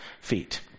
feet